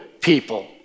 people